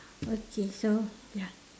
okay so ya